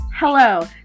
Hello